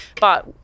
But-